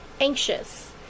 anxious